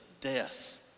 death